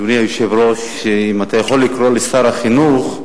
אדוני היושב-ראש, אם אתה יכול לקרוא לשר החינוך,